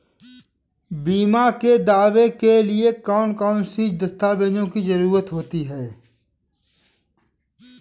बीमा के दावे के लिए कौन कौन सी दस्तावेजों की जरूरत होती है?